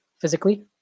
physically